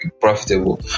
profitable